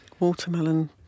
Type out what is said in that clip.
Watermelon